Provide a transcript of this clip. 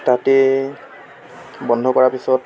তাতেই বন্ধ কৰাৰ পিছত